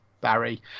Barry